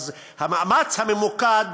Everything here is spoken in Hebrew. אז המאמץ הממוקד